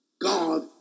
God